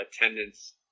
attendance